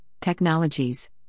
Technologies